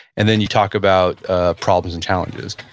and then you talk about ah problems and challenges.